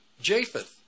Japheth